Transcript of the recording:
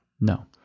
No